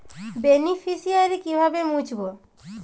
Beneficiary কিভাবে মুছব?